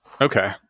Okay